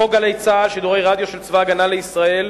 חוק גלי צה"ל, שידורי רדיו של צבא-הגנה לישראל,